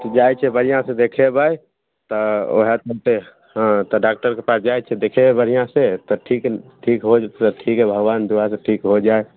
जाइ छिए बढ़िआँसँ देखेबै तऽ वएह चलते हँ तऽ डॉक्टरके पास जाइ छिए देखेबै बढ़िआँसँ तऽ ठीक ठीक हो जेतै तऽ ठीक हइ भगवान दुआसँ ठीक हो जाए